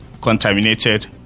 contaminated